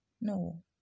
no